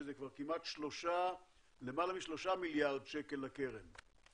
שזה כבר כמעט למעלה משלושה מיליארד שקל לקרן.